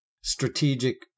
strategic